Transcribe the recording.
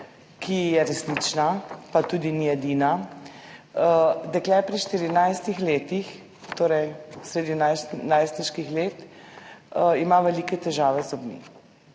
ki je resnična, pa tudi ni edina. Dekle pri 14 letih, torej sredi najstniških let, ima velike težave z zobmi.